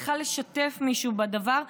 בכלל לשתף מישהו בדבר,